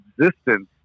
existence